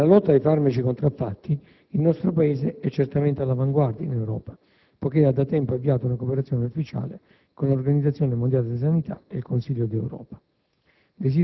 Nella lotta ai farmaci contraffatti, il nostro Paese è certamente all'avanguardia in Europa, poiché ha da tempo avviato una cooperazione ufficiale con l'Organizzazione mondiale della sanità e il Consiglio d'Europa.